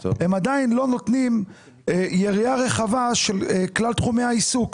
הם עדיין לא נותנים יריעה רחבה של כלל תחומי העיסוק.